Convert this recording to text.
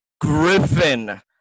Griffin